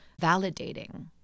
validating